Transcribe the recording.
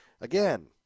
Again